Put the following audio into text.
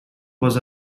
was